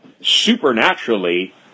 supernaturally